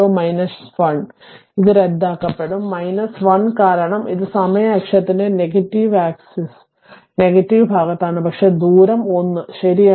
അതിനാൽ ഇത് റദ്ദാക്കപ്പെടും 1 കാരണം ഇത് സമയ അക്ഷത്തിന്റെ നെഗറ്റീവ് ആക്സിസ് നെഗറ്റീവ് ഭാഗത്താണ് പക്ഷേ ദൂരം 1 ശരിയാണ്